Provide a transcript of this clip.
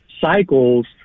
cycles